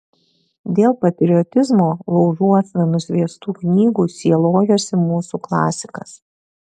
dėl patriotizmo laužuosna nusviestų knygų sielojosi mūsų klasikas